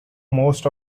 most